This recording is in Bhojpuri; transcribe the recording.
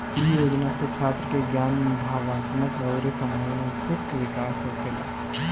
इ योजना से छात्र के ज्ञान, भावात्मक अउरी सामाजिक विकास होखेला